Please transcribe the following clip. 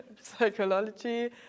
psychology